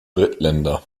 drittländer